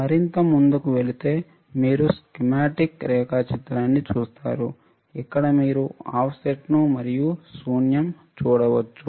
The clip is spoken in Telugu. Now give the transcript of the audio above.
మరింత ముందుకు వెళితే మీరు స్కీమాటిక్ రేఖాచిత్రాన్ని చూస్తారు ఇక్కడ మీరు ఆఫ్సెట్ను మరియు శూన్యం చూడవచ్చు